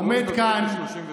חבר הכנסת שלמה קרעי,